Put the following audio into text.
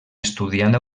estudiant